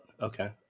Okay